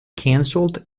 cancelled